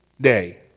day